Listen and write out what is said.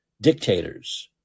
dictators